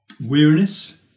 Weariness